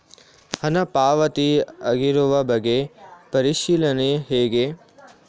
ಹಣ ಪಾವತಿ ಆಗಿರುವ ಬಗ್ಗೆ ಪರಿಶೀಲನೆ ಹೇಗೆ?